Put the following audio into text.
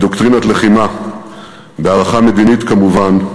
בדוקטרינת לחימה, בהערכה מדינית כמובן,